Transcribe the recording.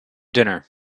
dinner